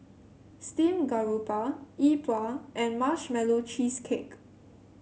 Steamed Garoupa Yi Bua and Marshmallow Cheesecake